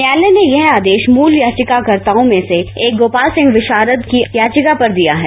न्यायालय ने यह आदेश मूल याचिकाकतओं में से एक गोपाल सिंह विषारद की याचिका पर दिया है